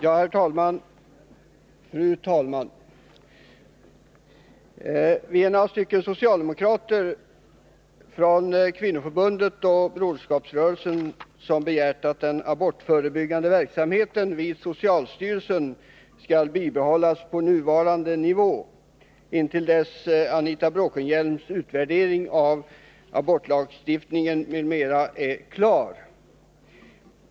Fru talman! Vi är några socialdemokrater från Kvinnoförbundet och Broderskapsrörelsen som begärt att den abortförbebyggande verksamheten vid socialstyrelsen skall bibehållas på nuvarande nivå intill dess Anita Bråkenhielms utvärdering av abortlagstiftningen m.m. är klar.